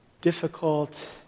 difficult